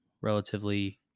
relatively